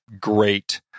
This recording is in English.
great